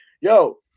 yo